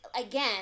again